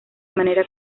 manera